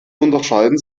unterscheiden